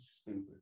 stupid